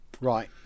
right